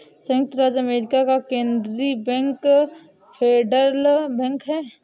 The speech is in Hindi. सयुक्त राज्य अमेरिका का केन्द्रीय बैंक फेडरल बैंक है